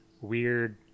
weird